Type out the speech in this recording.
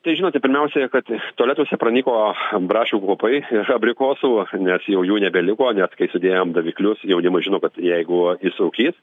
tai žinote pirmiausia kad tualetuose pranyko braškių kvapai ir abrikosų nes jau jų nebeliko nes kai sudėjom daviklius jaunimas žino kad jeigu jis rūkys